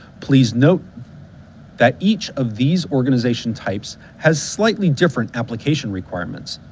please note that each of these organization types has slightly different application requirements.